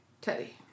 Teddy